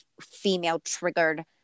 female-triggered